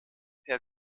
per